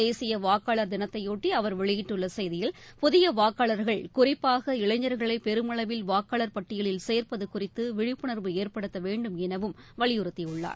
தேசிய வாக்காளர் தினத்தையொட்டி அவர் வெளியிட்டுள்ள செய்தியில் புதிய வாக்காளர்கள் குறிப்பாக இளைஞர்களை பெருமளவில் வாக்காளர் பட்டியலில் சேர்ப்பது குறித்து விழிப்புணர்வு ஏற்படுத்த வேண்டும் எனவும் வலியுறுத்தியுள்ளார்